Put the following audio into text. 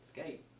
Skate